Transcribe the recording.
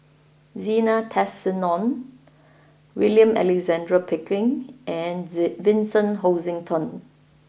Zena Tessensohn William Alexander Pickering and Vincent Hoisington